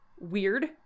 weird